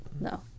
No